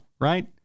right